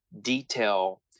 detail